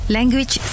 Language